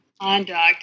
conduct